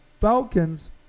Falcons